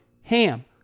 HAM